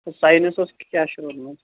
سَر sciences کیٛاہ چھُ روٗدمُت